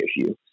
issue